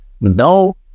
No